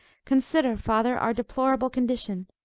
consider, father, our deplorable condition.